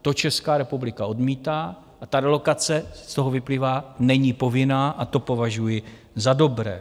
To Česká republika odmítá a ta relokace z toho vyplývá není povinná, a to považuji za dobré.